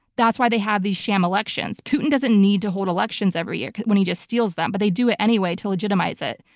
that's why they have these sham elections. putin doesn't need to hold elections every year when he just steals them but they do it anyway to legitimize it.